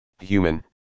human